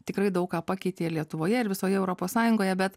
tikrai daug ką pakeitė lietuvoje ir visoje europos sąjungoje bet